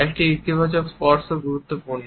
একটি ইতিবাচক স্পর্শ গুরুত্বপূর্ণ